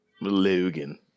Logan